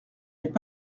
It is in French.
n’est